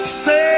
say